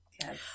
Yes